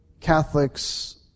Catholics